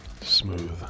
Smooth